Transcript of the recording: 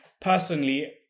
Personally